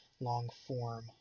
long-form